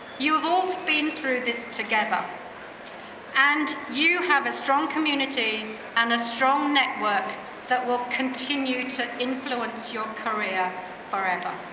you have all been through this together and you have a strong community and a strong network that will continue to influence your career forever.